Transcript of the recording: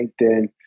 LinkedIn